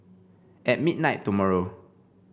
at midnight tomorrow